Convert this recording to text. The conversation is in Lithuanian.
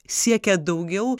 siekia daugiau